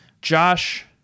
Josh